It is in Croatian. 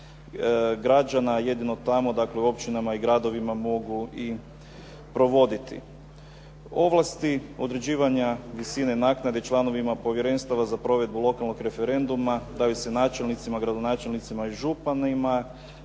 građana jedino tamo dakle u općinama i gradovima mogu i provoditi. Ovlasti određivanja visine naknade članovi povjerenstava za provedbu lokalnog referenduma daju se načelnicima, gradonačelnicima i županima.